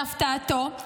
להפתעתו,